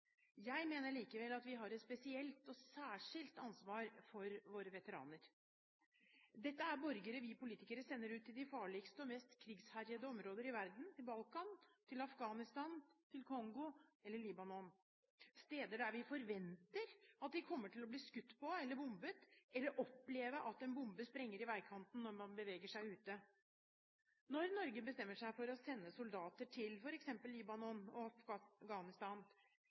Jeg mener likevel at vi har et spesielt og særskilt ansvar for våre veteraner. Dette er borgere vi politikere sender ut til de farligste og mest krigsherjede områder i verden: Balkan, Afghanistan, Kongo eller Libanon. Dette er steder der vi forventer at de kommer til å bli skutt på eller bombet, eller oppleve at en bombe sprenges i veikanten når de beveger seg ute. Da Norge bestemte seg for å sende soldater til f.eks. Libanon og Afghanistan,